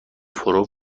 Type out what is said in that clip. پرو